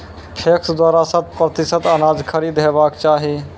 PACS द्वारा शत प्रतिसत अनाज खरीद हेवाक चाही?